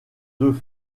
deux